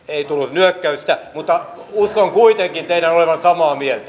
ei tullut nyökkäystä mutta uskon kuitenkin teidän olevan samaa mieltä